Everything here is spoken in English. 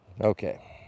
Okay